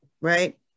right